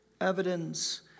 Evidence